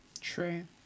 True